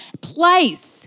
place